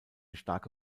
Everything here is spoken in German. starke